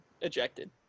ejected